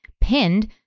pinned